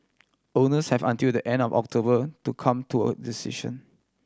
owners have until the end of October to come to a decision